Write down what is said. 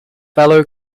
fellow